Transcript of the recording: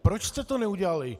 Proč jste to neudělali?